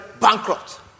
bankrupt